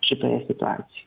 šitoje situacij